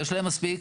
יש להם מספיק.